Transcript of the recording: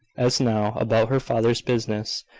as now, about her father's business,